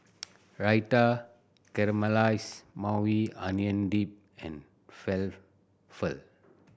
Raita Caramelized Maui Onion Dip and Falafel